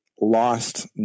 lost